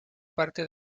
parte